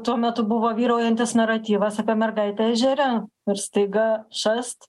tuo metu buvo vyraujantis naratyvas apie mergaitę ežere ir staiga šast